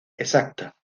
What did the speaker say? exacta